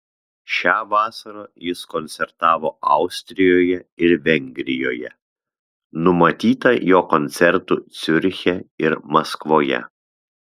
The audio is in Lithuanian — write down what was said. šią vasarą jis koncertavo austrijoje ir vengrijoje numatyta jo koncertų ciuriche ir maskvoje